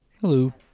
Hello